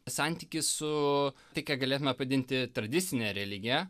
santykį su tai ką galėtume pavadinti tradicine religija